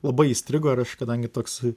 labai įstrigo ir aš kadangi toks